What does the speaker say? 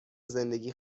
زندگی